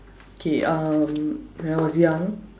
okay um when I was young